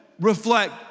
reflect